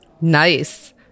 Nice